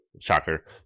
shocker